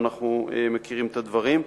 ואנחנו מכירים את הדברים.